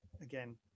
again